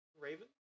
Raven